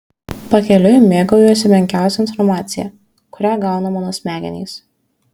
pakeliui mėgaujuosi menkiausia informacija kurią gauna mano smegenys